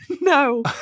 No